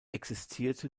existierte